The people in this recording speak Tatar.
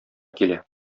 килә